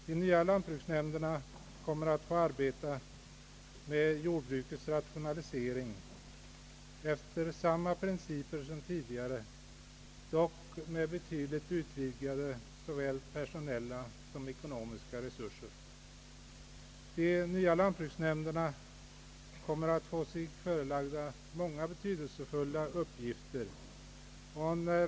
De nya lantbruksnämnderna kommer att få arbeta med jordbrukets rationalisering efter samma principer som tidigare, dock med betydligt utvidgade såväl personella som ekonomiska resurser. De nya lantbruksnämnderna kommer att få sig förelagda många och betydelsefulla uppgifter.